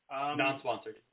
Non-sponsored